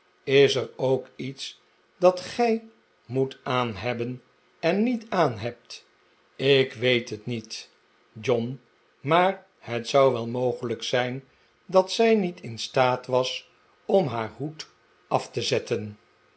is er ook iets dat gij moest aanhebben en niet aanhebt ik weet het niet john maar het zou wel mogelijk zijn dat een alleraangenaamste avond zij niet in staat was om haar hoed af te zetten